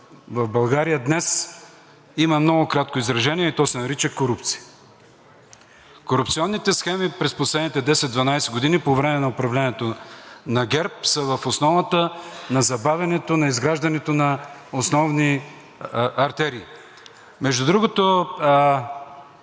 в България днес има много кратко изражение и то се нарича корупция. Корупционните схеми през последните 10 – 12 години по време на управлението на ГЕРБ са в основата на забавянето на изграждането на основни артерии. Между другото,